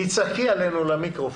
תצעקי למיקרופון.